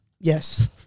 Yes